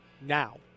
now